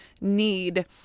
need